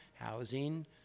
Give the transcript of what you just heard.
Housing